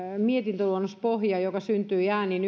mietintöluonnospohja joka syntyi äänin